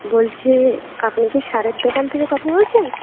বলছি আপনি কি সারের দোকান থেকে কথা বলছেন